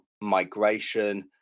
migration